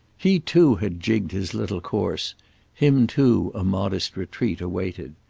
he too had jigged his little course him too a modest retreat awaited.